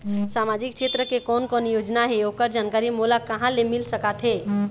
सामाजिक क्षेत्र के कोन कोन योजना हे ओकर जानकारी मोला कहा ले मिल सका थे?